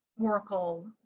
Oracle